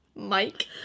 Mike